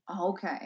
Okay